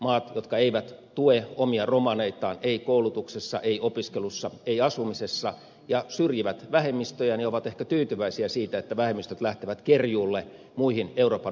maat jotka eivät tue omia romaneitaan ei koulutuksessa ei opiskelussa ei asumisessa ja syrjivät vähemmistöjä ovat ehkä tyytyväisiä siitä että vähemmistöt lähtevät kerjuulle muihin euroopan unionin maihin